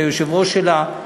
את היושב-ראש שלה,